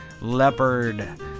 Leopard